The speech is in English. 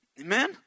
Amen